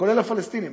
כולל הפלסטינים.